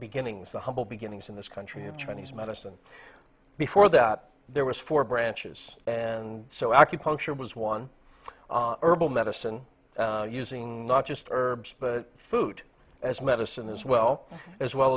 beginnings the humble beginnings in this country of chinese medicine before that there was four branches and so acupuncture was one herbal medicine using not just herbs but food as medicine as well as well